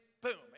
boom